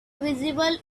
visible